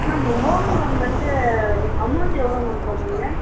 ma'am உங்கள் home loan வந்து amount எவ்வளோ மேம் போடுவீங்கள்